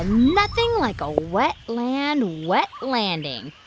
ah nothing like a wetland wet landing.